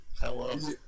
Hello